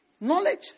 Knowledge